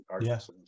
Yes